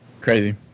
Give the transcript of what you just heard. Crazy